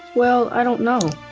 well, i don't know.